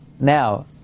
Now